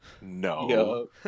No